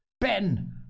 Ben